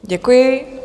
Děkuji.